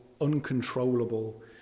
uncontrollable